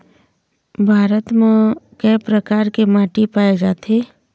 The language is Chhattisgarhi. भारत म कय प्रकार के माटी पाए जाथे?